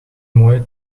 mooie